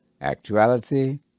actuality